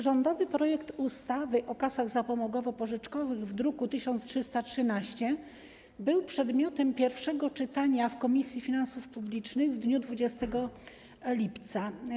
Rządowy projekt ustawy o kasach zapomogowo-pożyczkowych z druku nr 1313 był przedmiotem pierwszego czytania w Komisji Finansów Publicznych w dniu 20 lipca.